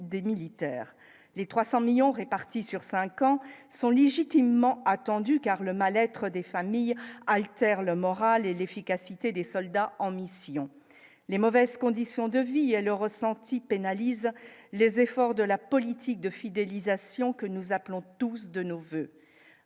des militaires, les 300 millions répartis sur 5 ans sont légitimement attendue car le mal-être des familles altère le moral et l'efficacité des soldats en mission, les mauvaises conditions de vie, il y a le ressenti pénalise les efforts de la politique de fidélisation que nous appelons tous de nos voeux